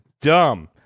dumb